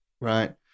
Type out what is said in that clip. right